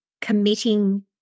committing